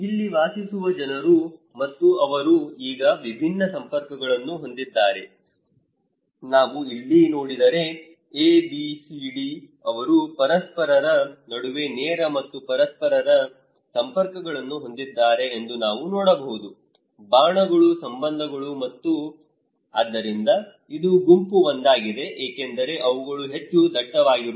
ಇಲ್ಲಿ ವಾಸಿಸುವ ಜನರು ಮತ್ತು ಅವರು ಈಗ ವಿಭಿನ್ನ ಸಂಪರ್ಕಗಳನ್ನು ಹೊಂದಿದ್ದಾರೆ ನಾವು ಇಲ್ಲಿ ನೋಡಿದರೆ ABCD ಅವರು ಪರಸ್ಪರರ ನಡುವೆ ನೇರ ಮತ್ತು ಪರಸ್ಪರ ಸಂಪರ್ಕಗಳನ್ನು ಹೊಂದಿದ್ದಾರೆ ಎಂದು ನಾವು ನೋಡಬಹುದು ಬಾಣಗಳು ಸಂಬಂಧಗಳು ಮತ್ತು ಆದ್ದರಿಂದ ಇದು ಗುಂಪು ಒಂದಾಗಿದೆ ಏಕೆಂದರೆ ಅವುಗಳು ಹೆಚ್ಚು ದಟ್ಟವಾಗಿರುತ್ತವೆ